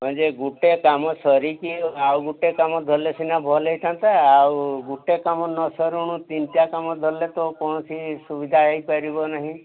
ହଁ ଯେ ଗୋଟେ କାମ ସରିକି ଆଉ ଗୋଟେ କାମ ଧରିଲେ ସିନା ଭଲ ହୋଇଥାନ୍ତା ଆଉ ଗୋଟେ କାମ ନ ସରୁଣୁ ତିନିଟା କାମ ଧରିଲେ ତ କୌଣସି ସୁବିଧା ହୋଇପାରିବ ନାହିଁ